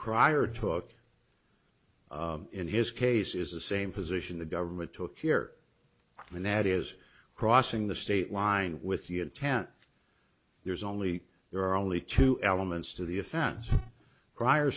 crier took in his case is the same position the government took here and that is crossing the state line with the intent there's only there are only two elements to the offense prior